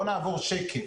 בואו נעבור שקף.